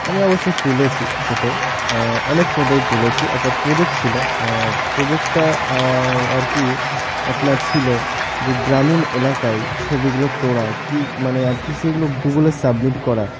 আমি অবশ্যই তুলেছি ফটো অনেক ফটোই তুলেছি একটা প্রোজেক্ট ছিলো প্রোজেক্টটা আর কি আপনার ছিলো যে গ্রামীণ এলাকায় ছবিগুলো তোলা কী মানে আর কি সেগুলো গুগলে সাবমিট করা